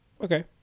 Okay